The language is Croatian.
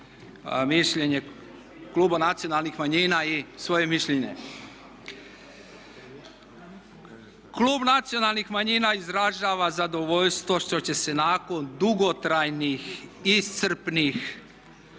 mišljenje Kluba nacionalnih manjina i svoje mišljenje. Klub nacionalnih manjina izražava zadovoljstvo što će se nakon dugotrajnih iscrpnih